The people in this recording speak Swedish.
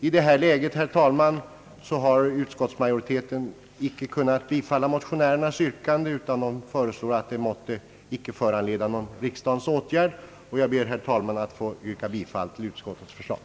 I detta läge, herr talman, har utskottsmajoriteten icke kunnat biträda motionärernas yrkande utan föreslår att det icke måtte föranleda någon riksdagens åtgärd. Jag ber, herr talman, att få yrka bifall till utskottets förslag.